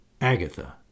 Agatha